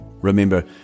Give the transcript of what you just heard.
Remember